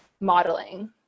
modeling